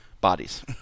bodies